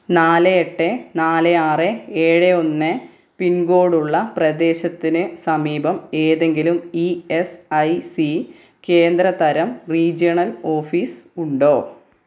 നാല് എട്ട് നാല് ആറ് ഏഴ് ഒന്ന് പിൻകോഡ് ഉള്ള പ്രദേശത്തിന് സമീപം ഏതെങ്കിലും ഇ എസ് ഐ സി കേന്ദ്ര തരം റീജണൽ ഓഫീസ് ഉണ്ടോ